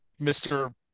Mr